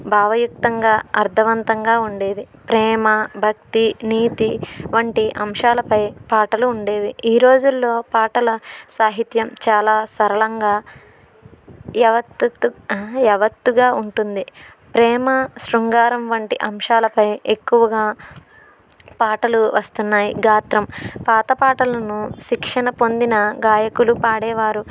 భావయుక్తంగా అర్థవంతంగా ఉండేది ప్రేమ భక్తి నీతి వంటి అంశాలపై పాటలు ఉండేవి ఈ రోజుల్లో పాటల సాహిత్యం చాలా సరళంగా యావత్తుగా ఉంటుంది ప్రేమ శృంగారం వంటి అంశాలపై ఎక్కువగా పాటలు వస్తున్నాయి గాత్రం పాత పాటలను శిక్షణ పొందిన గాయకులు పాడేవారు